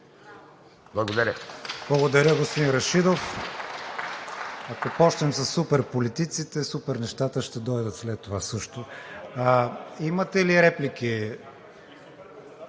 ВИГЕНИН: Благодаря, господин Рашидов. Ако започнем със суперполитиците, супернещата ще дойдат след това също. Имате ли реплики?